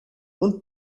und